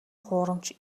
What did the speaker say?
хуурамч